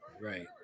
Right